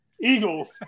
Eagles